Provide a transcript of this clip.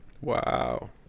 Wow